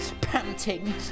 panting